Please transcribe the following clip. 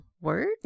word